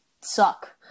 suck